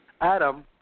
Adam